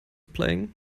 playing